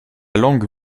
langue